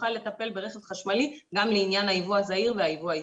יוכל לטפל ברכב חשמלי גם לעניין הייבוא הזעיר והייבוא האישי.